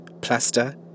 plaster